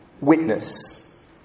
witness